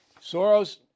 Soros